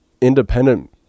independent